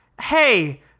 Hey